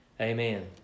Amen